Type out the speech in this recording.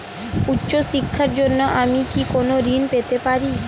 উচ্চশিক্ষার জন্য আমি কি কোনো ঋণ পেতে পারি?